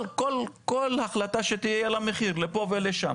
כל החלטה תהיה לה מחיר, לפה או לשם.